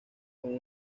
con